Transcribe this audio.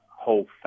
whole